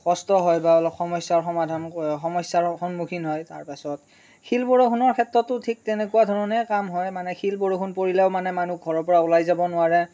কষ্ট হয় বা অলপ সমস্যাৰ সমাধান সমস্যাৰ সন্মুখীন হয় তাৰপাছত শিল বৰষুণৰ ক্ষেত্ৰতো ঠিক তেনেকুৱা ধৰণে কাম হয় মানে শিল বৰষুণ পৰিলেও মানে মানুহ ঘৰৰ পৰা ওলাই যাব নোৱাৰে